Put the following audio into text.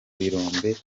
birombe